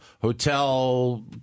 hotel